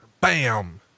bam